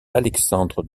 alexandre